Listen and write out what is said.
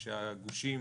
כשהגושים,